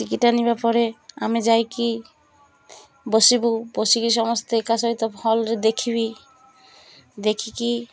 ticket ଆଣିବା ପରେ ଆମେ ଯାଇକି ବସିବୁ ବସିକି ସମସ୍ତେ ଏକା ସହିତ ଭଲ୍ରେ ଦେଖିବି ଦେଖିକି